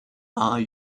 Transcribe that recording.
are